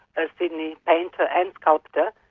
a sydney painter, and sculptor,